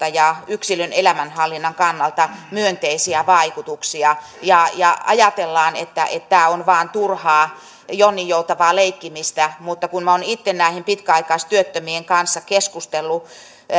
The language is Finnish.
yhteiskunnallisesti ja yksilön elämänhallinnan kannalta myönteisiä vaikutuksia ja ja ajatellaan että että tämä on vain turhaa jonninjoutavaa leikkimistä mutta kun minä olen itse näiden pitkäaikaistyöttömien kanssa keskustellut